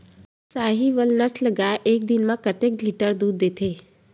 साहीवल नस्ल गाय एक दिन म कतेक लीटर दूध देथे?